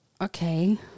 okay